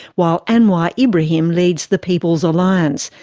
while anwar ibrahim leads the people's alliance,